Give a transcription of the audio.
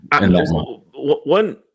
one